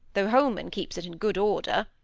though holman keeps it in good order